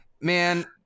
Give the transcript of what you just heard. man